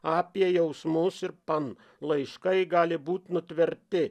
apie jausmus ir pan laiškai gali būt nutverti